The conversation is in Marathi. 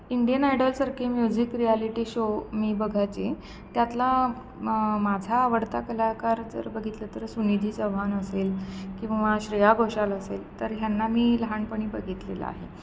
इंडियन आयडलसारखे म्युझिक रियालिटी शो मी बघायची त्यातला माझा आवडता कलाकार जर बघितलं तर सुनीधी चौहान असेल किंवा श्रेया घोशाल असेल तर ह्यांना मी लहानपणी बघितलेला आहे